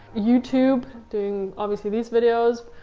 youtube, doing obviously, these videos.